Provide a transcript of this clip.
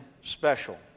special